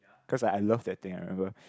cause I I love that thing ah I remember